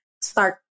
start